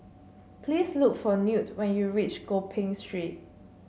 please look for Newt when you reach Gopeng Street